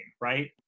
right